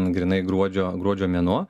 grynai gruodžio gruodžio mėnuo